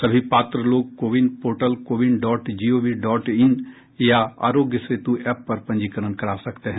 सभी पात्र लोग CoWIN portal CoWIN dot gov dot in या आरोग्य सेतु एप पर पंजीकरण करा सकते हैं